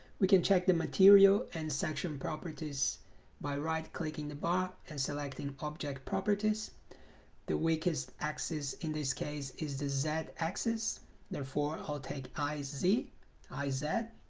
we can check the material and section properties by right clicking the bar and selecting object properties the weakest axis in this case is the z axis therefore i'll take i z i z